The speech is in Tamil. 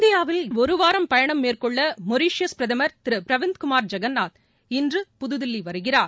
இந்தியாவில் ஒருவாரப் பயணம் மேற்கொள்ள மொரீஷியஸ் பிரதமர் திரு பிரவிந்த் குமார் ஜெகன்னாத் இன்று புதுதில்லி வருகிறார்